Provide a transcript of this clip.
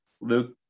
luke